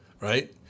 right